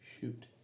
Shoot